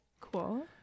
Cool